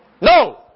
No